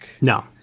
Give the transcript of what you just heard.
No